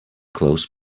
close